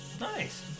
Nice